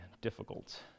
difficult